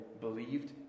believed